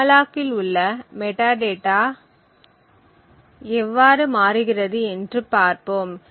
எம்மல்லாகில் உள்ள மெட்டாடேட்டா எவ்வாறு மாறுகிறது என்று பார்ப்போம்